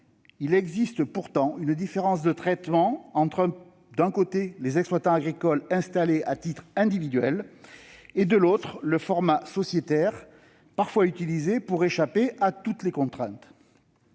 il existe une différence de traitement entre, d'un côté, les exploitants agricoles installés à titre individuel et, de l'autre, le format sociétaire, parfois utilisé pour échapper à toutes les contraintes.